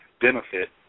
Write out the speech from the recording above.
benefit